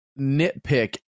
nitpick